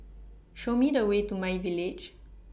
Show Me The Way to MyVillage